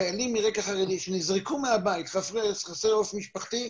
חיילים מרקע חרדי שנזרקו מהבית חסרי עורף משפחתי,